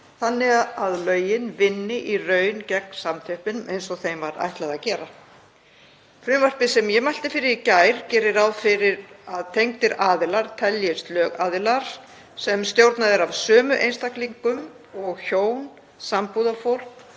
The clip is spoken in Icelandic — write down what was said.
þannig að lögin vinni í raun gegn samþjöppun eins og þeim var ætlað að gera. Frumvarpið sem ég mælti fyrir í gær gerir ráð fyrir að tengdir aðilar teljist lögaðilar sem stjórnað er af sömu einstaklingum og hjón, sambúðarfólk,